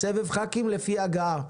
סבב חברי כנסת לפי הגעה.